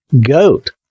goat